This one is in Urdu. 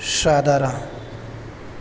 شاہدرہ